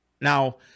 Now